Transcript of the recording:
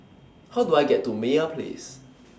How Do I get to Meyer Place